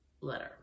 letter